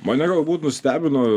mane galbūt nustebino